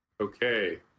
Okay